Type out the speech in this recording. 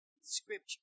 scripture